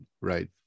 right